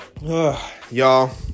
y'all